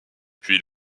puis